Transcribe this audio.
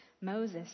Moses